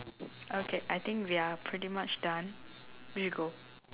okay I think we are pretty much done we should go